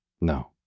No